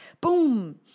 boom